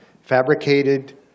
fabricated